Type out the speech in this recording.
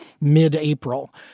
mid-April